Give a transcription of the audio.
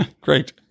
Great